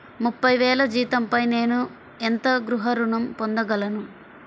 ముప్పై వేల జీతంపై నేను ఎంత గృహ ఋణం పొందగలను?